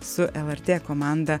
su lrt komanda